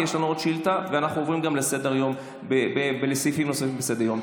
כי יש לנו עוד שאילתה ויש לנו סעיפים נוספים על סדר-היום.